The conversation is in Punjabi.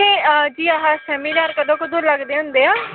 ਅਤੇ ਜੀ ਆਹ ਸੈਮੀਨਾਰ ਕਦੋਂ ਕਦੋਂ ਲੱਗਦੇ ਹੁੰਦੇ ਆ